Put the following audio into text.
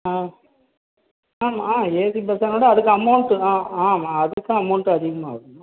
ஆ ஆமாம் ஆ ஏசி பஸ்ஸுனா அதுக்கு அமௌண்ட் ஆ ஆமாம் அதுக்கும் அமௌண்ட் அதிகமாகும்மா